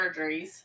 surgeries